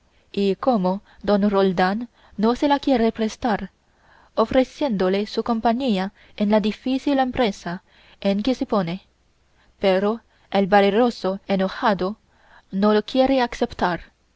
y cómo don roldán no se la quiere prestar ofreciéndole su compañía en la difícil empresa en que se pone pero el valeroso enojado no lo quiere aceptar